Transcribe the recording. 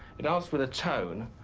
it asks with a tone,